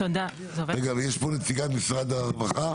יש פה נציגת משרד הרווחה?